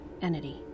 entity